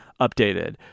updated